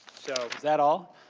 so that all?